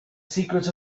secrets